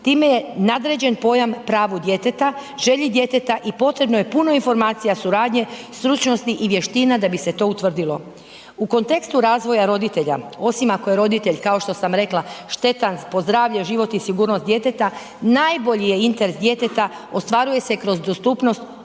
Time je nadređen pojam pravu djeteta, želji djeteta i potrebno je puno informacija suradnje, stručnosti i vještina da bi se to utvrdilo. U kontekstu razvoja roditelja, osim ako je roditelj kao što sam rekla štetan po zdravlje, život i sigurnost djeteta najbolji interes djeteta ostvaruje se kroz dostupnost